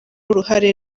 uruhare